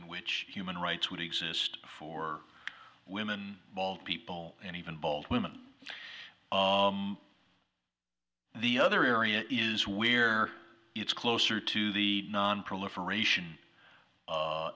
in which human rights would exist for women of all people and even bald women in the other area is where it's closer to the nonproliferation